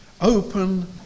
Open